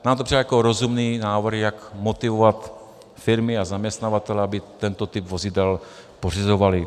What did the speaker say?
Nám to přijde jako rozumný návrh, jak motivovat firmy a zaměstnavatele, aby tento typ vozidel pořizovali.